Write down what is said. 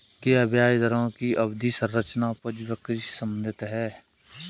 क्या ब्याज दरों की अवधि संरचना उपज वक्र से संबंधित है?